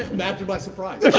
imagine my surprise.